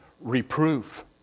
reproof